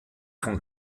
von